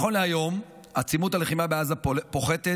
נכון להיום, עצימות הלחימה בעזה פוחתת.